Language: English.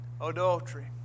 adultery